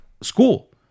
school